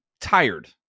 tired